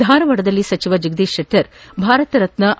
ಧಾರವಾಡದಲ್ಲಿ ಸಚಿವ ಜಗದೀಶ್ ಶೆಟ್ಟರ್ ಭಾರತ ರತ್ನ ಡಾ ಬಿ